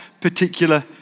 particular